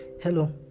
Hello